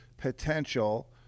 Potential